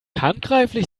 handgreiflich